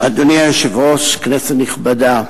אדוני היושב-ראש, כנסת נכבדה,